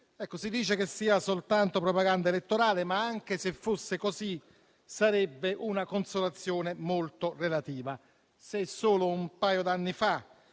Si dice che sia soltanto propaganda elettorale, ma anche se fosse così, sarebbe una consolazione molto relativa. Se solo un paio d'anni fa